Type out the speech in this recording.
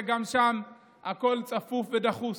וגם שם הכול צפוף ודחוס.